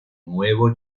nuevo